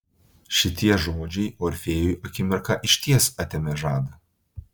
šitie žodžiai orfėjui akimirką išties atėmė žadą